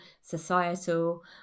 societal